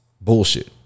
bullshit